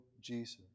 Jesus